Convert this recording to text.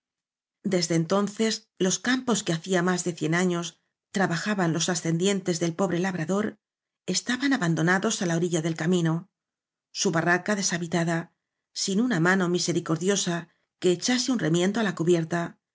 desde entonces que los campos que hacía más de cien años trabajaban los ascendientes del pobre labrador estaban abandonados á la orilla del camino su barraca deshabitada sin una mano misericordiosa que echase un re miendo á la cubierta